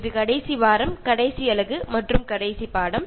ഇത് അവസാനത്തെ ആഴ്ചയിലെ അവസാനത്തെ യൂണിറ്റിലെ അവസാനത്തെലെസ്സൻ ആണ്